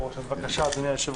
בבקשה, אדוני היושב-ראש.